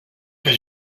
que